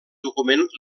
document